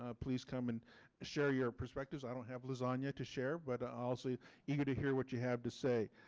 ah please come and share your perspectives. i don't have a lasagna to share but also eager to hear what you have to say.